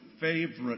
favorite